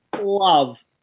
love